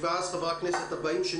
שימי את האצבע על הבעיה.